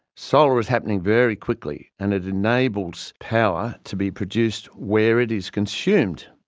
solar is happening very quickly, and it enables power to be produced where it is consumed.